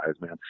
man